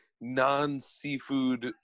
non-seafood